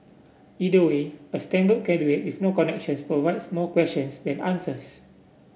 either way a Stanford graduate with no connections provides more questions than answers